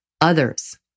others